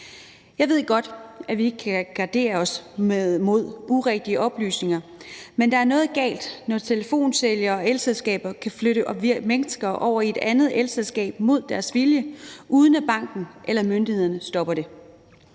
Jeg ved godt, at vi ikke kan gardere os mod urigtige oplysninger, men der er noget galt, når telefonsælgere og elselskaber kan flytte mennesker over i et andet elselskab mod deres vilje, uden at banken eller myndighederne stopper det.